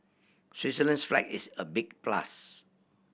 Switzerland's flag is a big plus